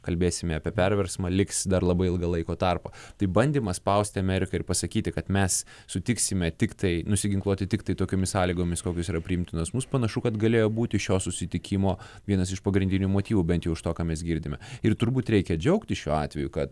kalbėsime apie perversmą liks dar labai ilgą laiko tarpą tai bandymas spausti ameriką ir pasakyti kad mes sutiksime tiktai nusiginkluoti tiktai tokiomis sąlygomis koks yra priimtinas mūsų panašu kad galėjo būti šio susitikimo vienas iš pagrindinių motyvų bent iš to ką mes girdime ir turbūt reikia džiaugtis šiuo atveju kad